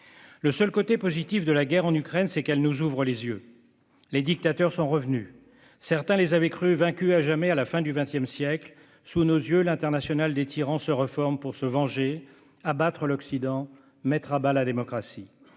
Le seul côté positif de la guerre en Ukraine est qu'elle nous ouvre les yeux. Les dictateurs sont revenus. Certains les avaient crus vaincus à jamais à la fin du XX siècle. Sous nos yeux, l'Internationale des tyrans se reforme pour se venger, abattre l'Occident, mettre à bas la démocratie.